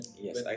yes